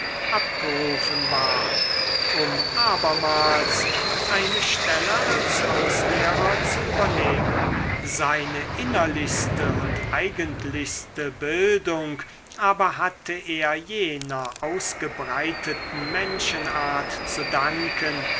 abgerufen ward um abermals eine stelle als hauslehrer zu übernehmen seine innerlichste und eigentlichste bildung aber hatte er jener ausgebreiteten menschenart zu danken